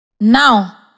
Now